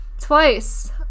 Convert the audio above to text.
Twice